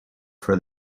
for